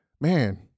man